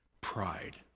Pride